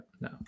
no